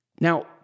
now